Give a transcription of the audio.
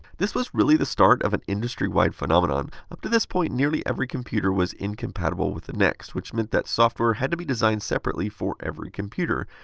this was really the start an industry wide phenomenon. up to this point nearly every computer was incompatible with the next, which meant that software had to be designed separately for every computer.